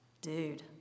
dude